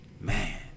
Man